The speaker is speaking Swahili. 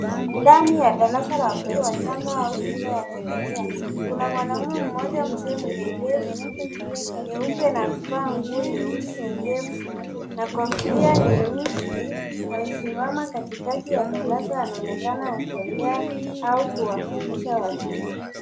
Ndani ya darasa la watoto wachanga au shule ya chekechea. Kuna mwanaume mmoja mzee mwenye ndevu nyeupe na amevaa nguo nyeusi ndefu na kofia nyeusi, amesimama katikati ya darasa. Anaonekana akiongea au kuwafundisha watoto.